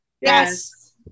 Yes